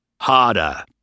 harder